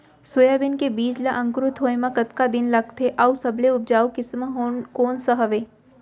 Soybean के बीज ला अंकुरित होय म कतका दिन लगथे, अऊ सबले उपजाऊ किसम कोन सा हवये?